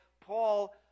Paul